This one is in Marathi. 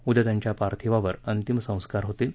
उद्या त्यांच्या पार्थिवावर अंतिम संस्कार होतील